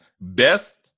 best